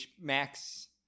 max